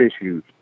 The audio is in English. issues